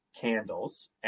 candles